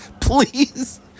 Please